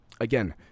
Again